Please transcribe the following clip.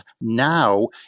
now